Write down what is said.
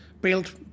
built